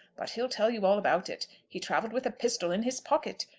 but he'll tell you all about it. he travelled with a pistol in his pocket,